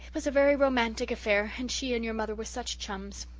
was a very romantic affair and she and your mother were such chums.